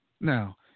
Now